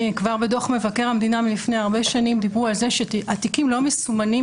כבר בדוח מבקר המדינה מלפני הרבה שנים דיברו על זה שהתיקים לא מסומנים